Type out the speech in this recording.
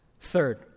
Third